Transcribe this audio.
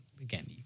again